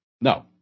No